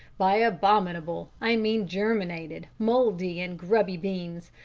by abominable i mean germinated, mouldy, and grubby beans.